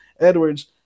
Edwards